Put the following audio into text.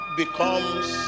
becomes